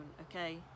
Okay